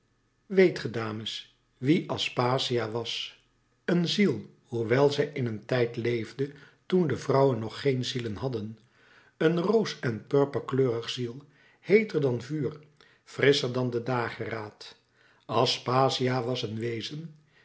weet ge dames wie aspasia was een ziel hoewel zij in een tijd leefde toen de vrouwen nog geen zielen hadden een roos en purperkleurige ziel heeter dan vuur frisscher dan de dageraad aspasia was een wezen